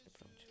approach